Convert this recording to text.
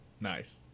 nice